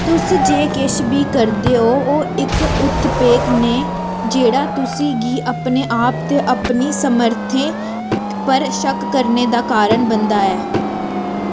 तुस जे किश बी करदे ओ एह् इक उत्प्रेरक ने ऐ जेह्ड़ा तुसें गी अपने आप पर ते अपनी समर्थें पर शक्क करने दा कारण बनदा ऐ